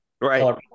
Right